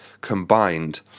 combined